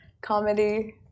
Comedy